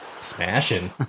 Smashing